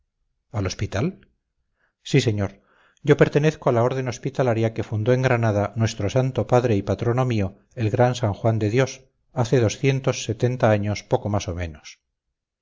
al hospital sí señor yo pertenezco a la orden hospitalaria que fundó en granada nuestro santo padre y patrono mío el gran san juan de dios hace doscientos y setenta años poco más o menos